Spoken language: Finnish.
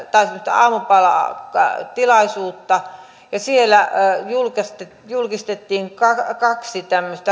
aamupalatilaisuutta ja siellä julkistettiin julkistettiin kaksi